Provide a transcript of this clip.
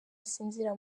asinzira